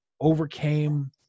overcame